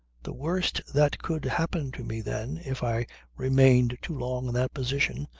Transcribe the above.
the worst that could happen to me then, if i remained too long in that position,